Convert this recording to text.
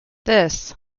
this